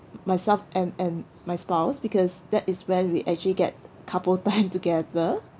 myself and and my spouse because that is when we actually get couple time together